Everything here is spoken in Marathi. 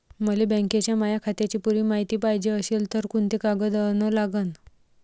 मले बँकेच्या माया खात्याची पुरी मायती पायजे अशील तर कुंते कागद अन लागन?